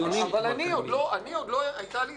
לא היתה לי הזדמנות.